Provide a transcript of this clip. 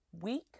week